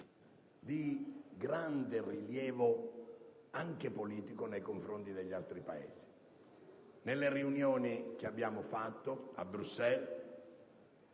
di grande rilievo anche politico nei confronti degli altri Paesi. Nelle riunioni che abbiamo fatto a Bruxelles,